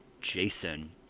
Jason